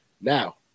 Now